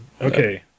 Okay